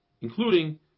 including